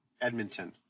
Edmonton